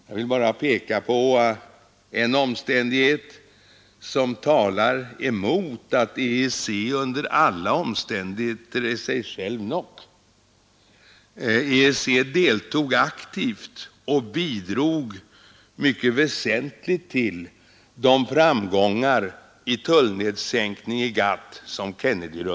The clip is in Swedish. Jag vill bara peka på en omständighet som EC deltog aktivt i Kennedyrundan och bidrog mycket väsentligt till de framgångar i form av tullsänkningar inom GATT som denna gav.